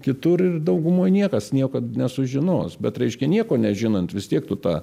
kitur ir dauguma niekas niekad nesužinos bet reiškia nieko nežinant vis tiek tu tą